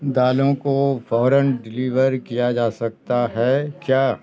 دالوں کو فوراً ڈیلیور کیا جا سکتا ہے کیا